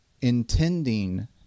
intending